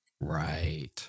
Right